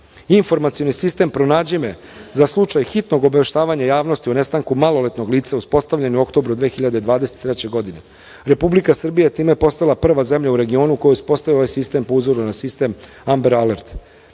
vode. Informacioni sistem „Pronađi me“ za slučaj hitnog obaveštavanja javnosti o nestanku maloletnog lica uspostavljen je u oktobru 2023. godine. Republika Srbija je time postala prva zemlja u regionu koja uspostavlja ovaj sistem po uzoru na sistem Amber Alert.